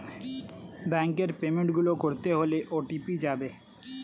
ব্যাংকের পেমেন্ট গুলো করতে হলে ও.টি.পি যাবে